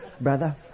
brother